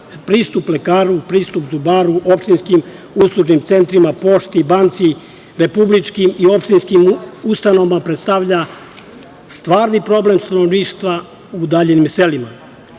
pristup lekaru, pristup zubaru, opštinskim uslužnim centrima, pošti, bankama, republičkim i opštinskim ustanovama predstavlja stvarni problem stanovništva u daljim